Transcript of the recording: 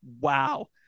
wow